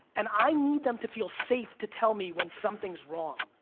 and i need them to feel safe to tell me when something's wrong.